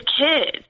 kids